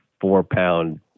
four-pound